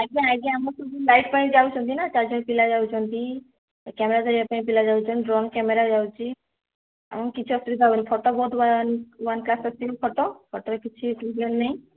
ଆଜ୍ଞା ଆଜ୍ଞା ଆମର ବି ଲାଇଟ୍ ପାଇଁ ଯାଉଛନ୍ତି ନା ଚାରି ଜଣ ପିଲା ଯାଉଛନ୍ତି କ୍ୟାମେରା ଧରିବା ପାଇଁ ପିଲା ଯାଉଛନ୍ତି ଡ୍ରୋନ୍ କ୍ୟାମେରା ଯାଉଛି ଆମକୁ କିଛି ଅସୁବିଧା ହେବନି ଫଟୋ ବହୁତ ୱାନ୍ ୱାନ୍ କ୍ଲାସ୍ ଆସିବ ଫଟୋ ଫଟୋରେ କିଛି ଅସୁବିଧା ନାହିଁ